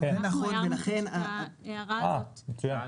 גם אנחנו הערנו את ההערה הזאת ושאלנו.